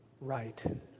Right